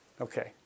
Okay